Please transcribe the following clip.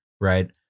right